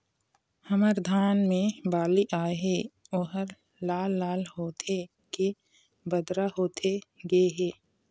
हमर धान मे बाली आए हे ओहर लाल लाल होथे के बदरा होथे गे हे?